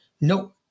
no